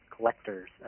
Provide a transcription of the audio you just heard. collectors